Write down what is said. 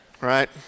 right